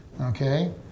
Okay